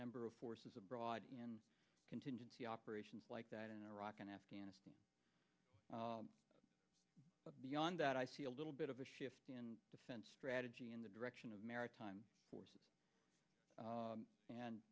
number of forces abroad contingency operations like that in iraq and afghanistan but beyond that i see a little bit of a shift in defense strategy in the direction of maritime forces